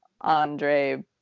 Andre